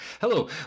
hello